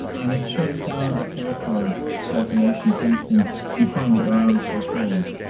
and it shuts down the peripheral circulation. for instance, you find that your arms go cold,